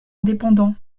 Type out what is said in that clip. indépendants